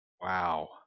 Wow